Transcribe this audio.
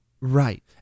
Right